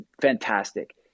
fantastic